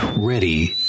ready